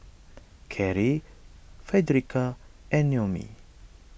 Karie Fredericka and Noemie